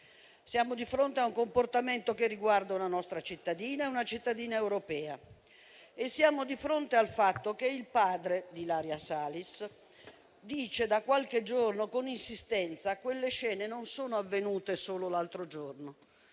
Siamo di fronte a un comportamento che riguarda una nostra cittadina e una cittadina europea. Siamo di fronte al fatto che il padre di Ilaria Salis dice da qualche giorno, con insistenza, che quelle scene non sono avvenute solo l'altro giorno.